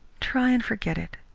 try and forget it.